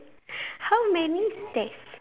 how many stairs